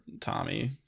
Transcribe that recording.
Tommy